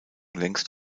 längst